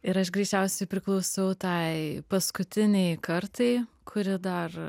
ir aš greičiausiai priklausau tai paskutinei kartai kuri dar